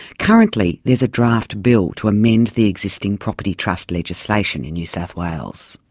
currently there's a draft bill to amend the existing property trust legislation in new south wales.